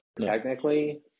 technically